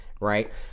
right